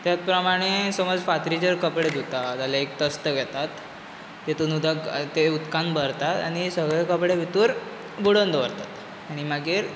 त्याच प्रमाणे समज फातरीचेर कपडे धुतात जाल्यार एक तस्त घेतात तेतूंत उदक तें उदकान भरतात आनी सगळे कपडे भितूर बुडोवन दवरतात आनी मागीर